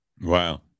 Wow